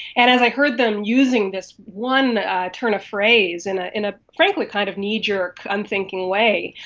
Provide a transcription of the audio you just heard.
and as i heard them using this one turn of phrase in ah in a frankly kind of knee-jerk unthinking way,